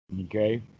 Okay